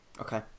okay